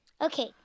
Okay